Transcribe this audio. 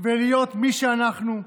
ולהיות מי שאנחנו,